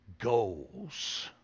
goals